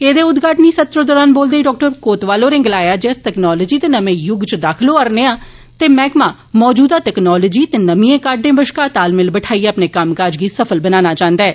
एह्दे उद्घाटनी संत्र दरान बोलदे होई डॉ कोतवाल होरे गलाया जे अस तकनालोजी दे नमें युग च दाखल होआ'रदे आं ते मैह्कमा मजूदा तकनालोजी ते नमिएं काह्डें बश्कार तालमेल बठाइयै अपने कम्मकाज गी सफल बनाना चांह्दा ऐ